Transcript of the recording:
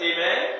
Amen